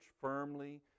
firmly